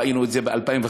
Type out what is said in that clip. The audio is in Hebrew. ראינו את זה ב-2015,